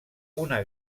una